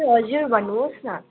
ए हजुर भन्नु होस् न